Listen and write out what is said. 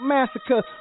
Massacre